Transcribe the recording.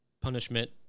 punishment